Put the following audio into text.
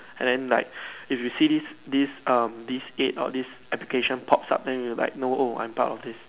and then like if you see this this um this ads or this application pops up then you will like know oh I am part of this